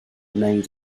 wneud